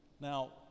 Now